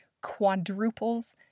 quadruples